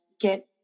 get